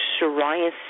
Psoriasis